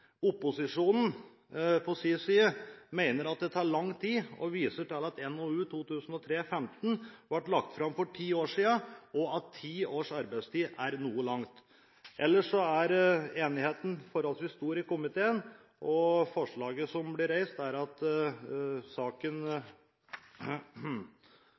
Opposisjonen – på sin side – mener at det tar lang tid, og viser til at NOU 2003: 15 ble lagt fram for ti år siden, og at ti års arbeidstid er noe langt. Ellers er enigheten i komiteen forholdsvis stor, og forslaget som blir fremmet, er at saken